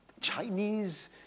Chinese